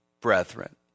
brethren